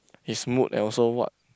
his mood and also what